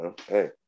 hey